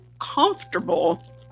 comfortable